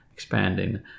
expanding